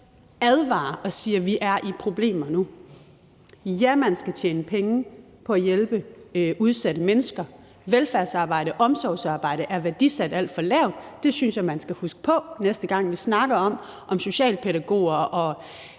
advarer og siger, at de er i problemer nu. Ja, man skal tjene penge på at hjælpe udsatte mennesker. Velfærdsarbejde, omsorgsarbejde er værdisat alt for lavt. Det synes jeg man skal huske på, næste gang vi snakker om, om socialpædagoger og